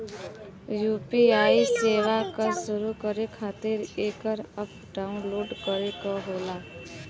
UPI सेवा क शुरू करे खातिर एकर अप्प डाउनलोड करे क होला